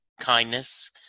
kindness